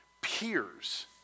peers